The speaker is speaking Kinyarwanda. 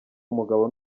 umugabo